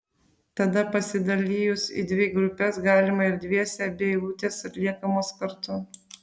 tada pasidalijus į dvi grupes galima ir dviese abi eilutės atliekamos kartu